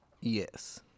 Yes